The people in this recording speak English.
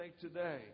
today